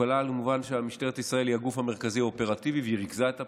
מובן שמשטרת ישראל היא הגוף המרכזי האופרטיבי והיא ריכזה את הפעילות,